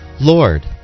Lord